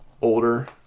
older